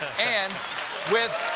and with